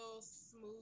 smooth